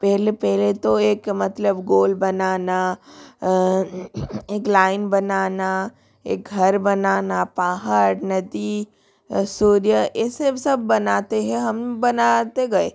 पेहले पेहले तो एक मतलब गोल बनाना एक लाइन बनाना एक घर बनाना पहाड़ नदी सूर्य ऐसे सब बनाते है हम बनाते गए